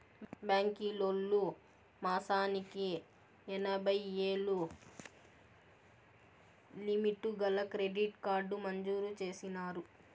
బాంకీలోల్లు మాసానికి ఎనభైయ్యేలు లిమిటు గల క్రెడిట్ కార్డు మంజూరు చేసినారు